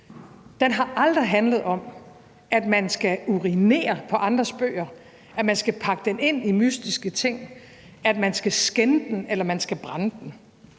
Den har aldrig handlet om, at man skal urinere på andres bøger; at man skal pakke bogen ind i mystiske ting; at man skal skænde den eller brænde den.